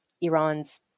Iran's